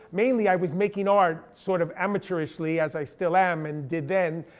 mainly i was making art sort of amateurishly as i still am, and did then,